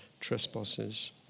trespasses